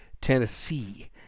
Tennessee